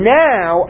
now